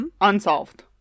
unsolved